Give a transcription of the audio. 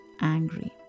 angry